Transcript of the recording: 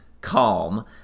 calm